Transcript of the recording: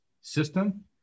system